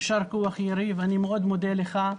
יישר כוח, יריב, אני מאוד מודה לך.